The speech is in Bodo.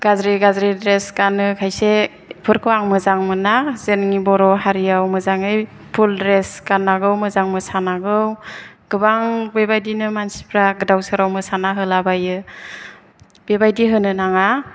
गाज्रि गाज्रि द्रेस गानो खायसे बेफोरखौ आं मोजां मोना जोंनि बर' हारियाव मोजाङै फुल द्रेस गानांगौ मोजां मोसानांगौ गोबां बे बायदिनो मानसिफ्रा गोदाव सोराव मोसाना होलाबायो बे बायदि होनो नाङा